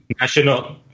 national